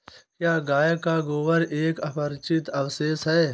क्या गाय का गोबर एक अपचित अवशेष है?